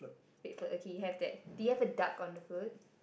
red float okay you have that do you have a duck on the float